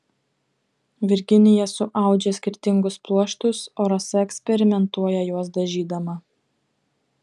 virginija suaudžia skirtingus pluoštus o rasa eksperimentuoja juos dažydama